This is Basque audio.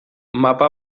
mapa